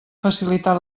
facilitar